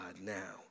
now